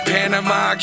Panama